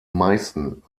meißen